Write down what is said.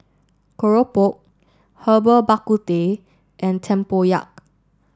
Keropok Herbal Bak Ku Teh and Tempoyak